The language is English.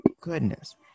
Goodness